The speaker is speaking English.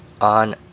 On